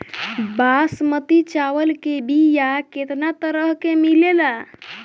बासमती चावल के बीया केतना तरह के मिलेला?